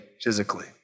physically